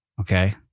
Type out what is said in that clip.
okay